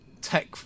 tech